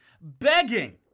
begging